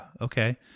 okay